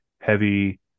heavy